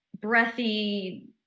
breathy